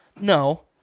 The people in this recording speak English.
no